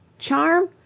charm?